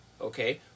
okay